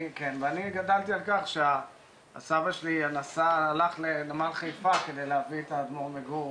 אני גדלתי על כך שהסבא שלי הלך לנמל חיפה כדי להביא את האדמו"ר מגור,